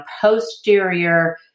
posterior